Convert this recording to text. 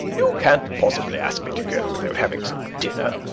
you can't possibly ask me to go without having some dinner.